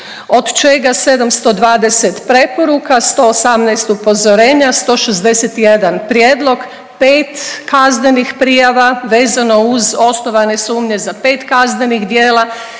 od čega 720 preporuka, 118 upozorenja, 161 prijedlog, 5 kaznenih prijava vezano uz osnovane sumnje za 5 kaznenih djela,